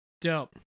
dope